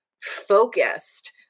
focused